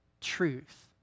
truth